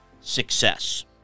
success